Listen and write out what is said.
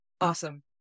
Awesome